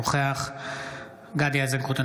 אינו נוכח גדי איזנקוט,